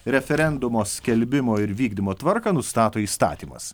referendumo skelbimo ir vykdymo tvarką nustato įstatymas